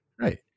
Right